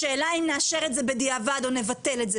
השאלה אם נאשר את זה בדיעבד או נבטל את זה